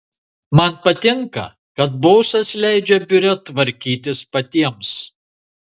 man patinka kad bosas leidžia biure tvarkytis patiems